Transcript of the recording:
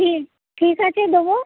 ঠি ঠিক আছে দেবো